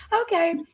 Okay